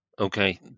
Okay